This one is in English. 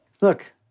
Look